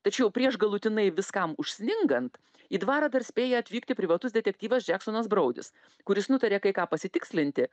tačiau prieš galutinai viskam už sningant į dvarą dar spėja atvykti privatus detektyvas džeksonas broudis kuris nutarė kai ką pasitikslinti